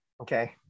Okay